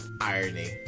irony